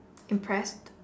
impressed